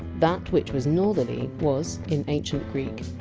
that which was northerly was, in ancient greek?